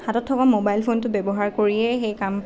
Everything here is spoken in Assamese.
হাতত থকা ম'বাইল ফোনটো ব্যৱহাৰ কৰিয়েই সেই কাম